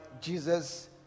Jesus